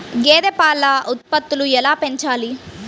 గేదె పాల ఉత్పత్తులు ఎలా పెంచాలి?